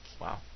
Wow